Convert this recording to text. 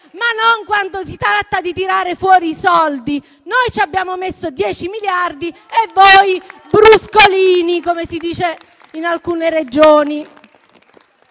ma non quando si tratta di tirare fuori i soldi. Noi ci abbiamo messo 10 miliardi di euro e voi bruscolini, come si dice in alcune Regioni.